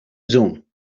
zoom